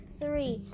three